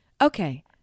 Okay